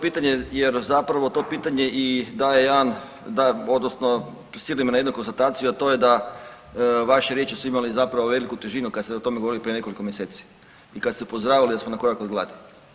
pitanje jer zapravo to pitanje i daje jedan da, odnosno prisilimo na jednu konstataciju, a to je da vaše riječi su imale zapravo veliku težinu kad se o tome govorili prije nekoliko mjeseci i kad ste upozoravali da smo na korak od glasi.